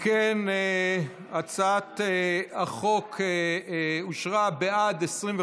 חוק שידורי טלוויזיה (כתוביות ושפת סימנים)